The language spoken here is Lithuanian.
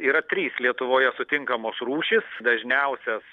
yra trys lietuvoje sutinkamos rūšys dažniausias